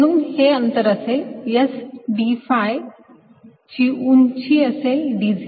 म्हणून हे अंतर असेल s d phi ची उंची असेल dz